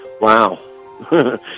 wow